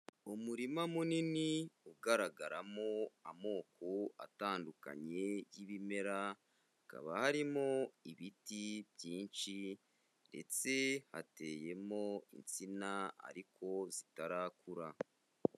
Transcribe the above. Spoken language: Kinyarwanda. Umurima munini ugaragaramo amoko atandukanye y'ibimera, hakaba harimo ibiti byinshi ndetse hateyemo insina ariko zitarakura.